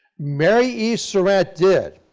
mary e. surratt, did,